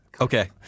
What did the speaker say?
Okay